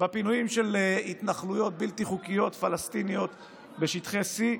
בפינויים של התנחלויות בלתי חוקיות פלסטיניות בשטחי C,